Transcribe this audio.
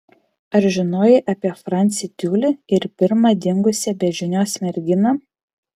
ar žinojai apie francį tiulį ir pirmą dingusią be žinios merginą